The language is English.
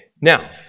Now